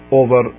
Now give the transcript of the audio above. over